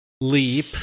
leap